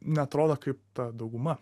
neatrodo kaip ta dauguma